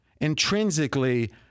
intrinsically